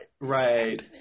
Right